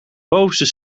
bovenste